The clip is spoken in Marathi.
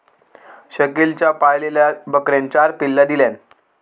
शकिलच्या पाळलेल्या बकरेन चार पिल्ला दिल्यान